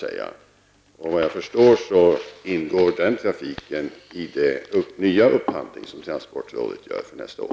Såvitt jag förstår ingår den här trafiken i den nya upphandling som transportrådet gör för nästa år.